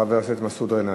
חבר הכנסת מסעוד גנאים.